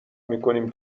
میکنیم